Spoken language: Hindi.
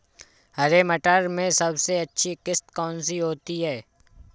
हरे मटर में सबसे अच्छी किश्त कौन सी होती है?